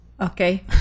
Okay